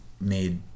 made